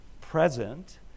present